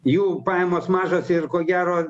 jų pajamos mažos ir ko gero